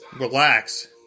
Relax